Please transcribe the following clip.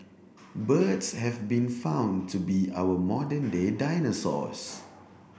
birds have been found to be our modern day dinosaurs